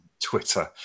Twitter